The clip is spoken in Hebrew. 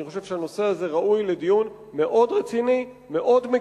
אני חושב שהפרשה הזו ראויה לדיון רציני הרבה יותר.